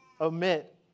omit